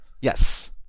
Yes